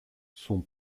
son